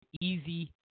easy